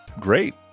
great